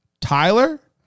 Tyler